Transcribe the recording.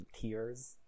tears